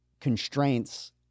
constraints